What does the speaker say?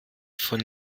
von